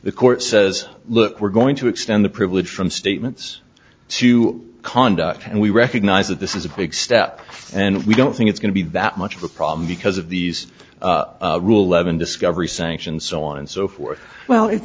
the court says look we're going to extend the privilege from statements to conduct and we recognize that this is a big step and we don't think it's going to be that much of a problem because of these ruhleben discovery sanction so on and so forth well it's